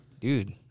Dude